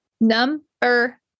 Number